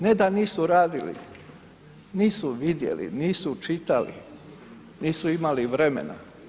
Ne da nisu radili, nisu vidjeli, nisu čitali, nisu imali vremena.